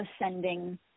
ascending